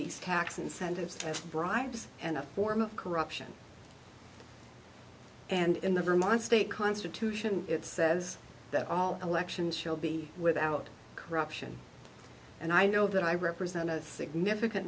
these tax incentives as bribes and a form of corruption and in the room on state constitution it says that all elections shall be without corruption and i know that i represent a significant